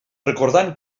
recordant